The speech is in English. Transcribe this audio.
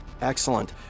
Excellent